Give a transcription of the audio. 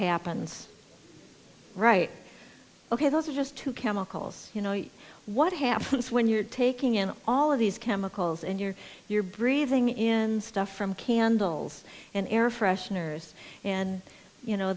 happens right ok those are just two chemicals you know what happens when you're taking in all of these chemicals and you're you're breathing in stuff from candles and air fresheners and you know